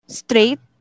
straight